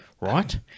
right